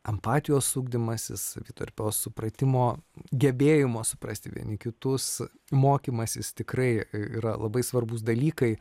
empatijos ugdymasis savitarpio supratimo gebėjimo suprasti vieni kitus mokymasis tikrai yra labai svarbūs dalykai